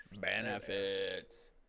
Benefits